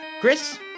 Chris